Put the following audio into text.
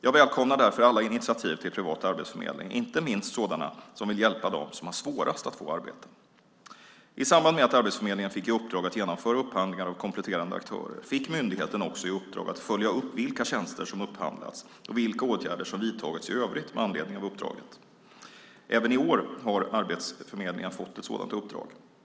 Jag välkomnar därför alla initiativ till privat arbetsförmedling, inte minst sådana som vill hjälpa dem som har svårast att få arbete. I samband med att Arbetsförmedlingen fick i uppdrag att genomföra upphandlingar av kompletterande aktörer fick myndigheten också i uppdrag att följa upp vilka tjänster som upphandlats och vilka åtgärder som vidtagits i övrigt med anledning av uppdraget. Även i år har Arbetsförmedlingen fått ett sådant uppdrag.